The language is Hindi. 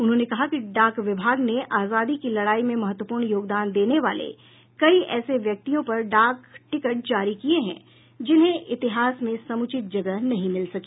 उन्होंने कहा कि डाक विभाग ने आजादी की लड़ाई में महत्त्वपूर्ण योगदान देने वाले कई ऐसे व्यक्तियों पर डाक टिकट जारी किये हैं जिन्हें इतिहास में समुचित जगह नहीं मिल सकी